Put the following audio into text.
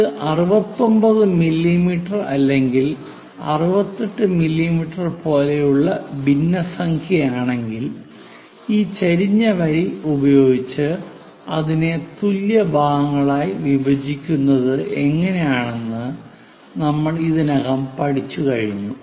ഇത് 69 മില്ലീമീറ്റർ അല്ലെങ്കിൽ 68 മില്ലീമീറ്റർ പോലെയുള്ള ഭിന്നസംഖ്യയാണെങ്കിൽ ഈ ചെരിഞ്ഞ വരി ഉപയോഗിച്ച് അതിനെ തുല്യ ഭാഗങ്ങളായി വിഭജിക്കുന്നത് എങ്ങനെയെന്ന് നമ്മൾ ഇതിനകം പഠിച്ചു കഴിഞ്ഞു